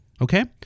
Okay